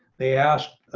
they asked